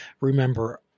Remember